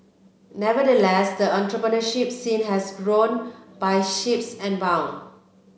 nevertheless the entrepreneurship scene has grown by sheeps and bound